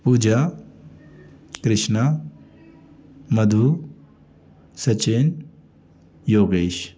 Puja Krishna Madhu Sachin Yogesh